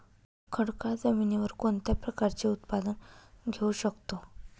खडकाळ जमिनीवर कोणत्या प्रकारचे उत्पादन घेऊ शकतो?